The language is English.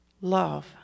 love